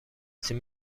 تیم